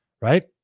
right